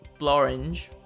Blorange